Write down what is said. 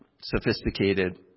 sophisticated